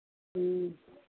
ह्म्म